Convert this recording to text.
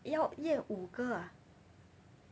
要验五个啊